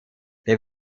der